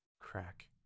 Crack